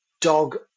dog